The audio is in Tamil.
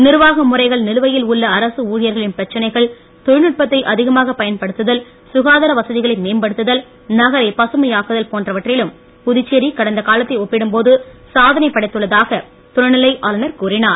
நிர்வாக முறைகள் நிலுவையில் உள்ள அரசு ஊழியர்களின் பிரச்னைகள் தொழிற்நுட்பத்தை அதிகமாக பயன்படுத்துதல் சுகாதார வசதிகளை மேம்படுத்துதல் நகரை பசுமையாக்குதல் போன்றவற்றிலும் புதுச்சேரி கடந்த காலத்தை ஒப்பிடும் போது சாதனை படைத்துள்ளதாக துணைநிலை ஆளுநர் கூறினார்